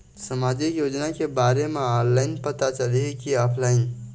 सामाजिक योजना के बारे मा ऑनलाइन पता चलही की ऑफलाइन?